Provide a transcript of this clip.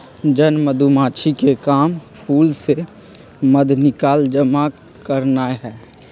जन मधूमाछिके काम फूल से मध निकाल जमा करनाए हइ